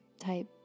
type